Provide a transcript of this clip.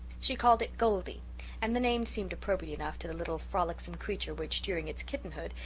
she called it goldie and the name seemed appropriate enough to the little frolicsome creature which, during its kittenhood,